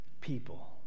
people